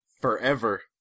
Forever